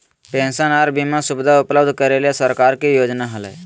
pension आर बीमा सुविधा उपलब्ध करे के सरकार के योजना हलय